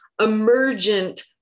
emergent